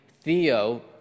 Theo